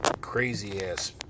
crazy-ass